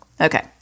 Okay